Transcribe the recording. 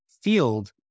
field